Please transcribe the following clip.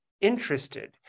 interested